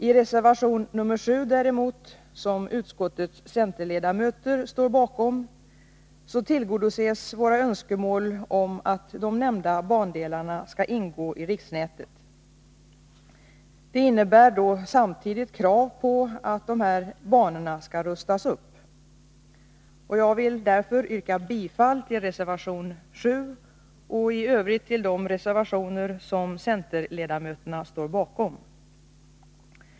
I reservation nr 7 däremot, som utskottets centerledamöter står bakom, tillgodoses våra önskemål om att de nämnda bandelarna skall ingå i riksnätet. Det innebär då samtidigt krav på att dessa banor skall rustas upp. Jag vill därför yrka bifall till reservation nr 7 och i övrigt de reservationer som centerledamöterna står bakom.